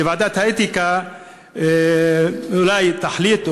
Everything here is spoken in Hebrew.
שוועדת האתיקה אולי תחליט,